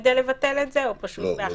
כדי לבטל את זה או פשוט בהחלטה?